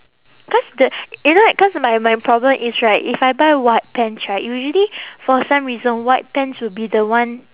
cause the you know like cause my my problem is right if I buy white pants right usually for some reason white pants will be the one